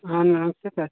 हाँ नमस्ते सर